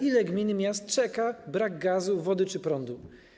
Ile gmin i miast czeka brak gazu, wody czy prądu?